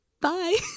Bye